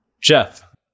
Jeff